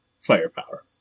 firepower